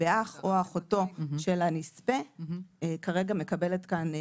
באח או באחותו של הנספה כרגע מקבלת כאן ביטוי,